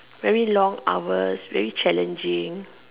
very long hours very challenging